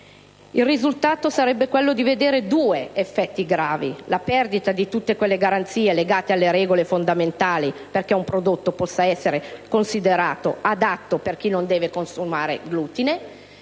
Il risultato sarebbe quello di ottenere due effetti gravi: la perdita delle garanzie legate alle regole fondamentali perché un prodotto possa essere considerato adatto per chi non deve consumare glutine;